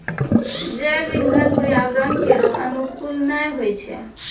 जैव इंधन पर्यावरण केरो अनुकूल नै होय छै